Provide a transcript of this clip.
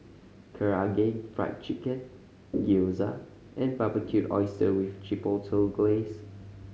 Karaage Fried Chicken Gyoza and Barbecued Oysters with Chipotle Glaze